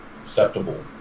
acceptable